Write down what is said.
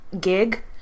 Gig